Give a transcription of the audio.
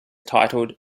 titled